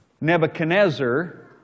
Nebuchadnezzar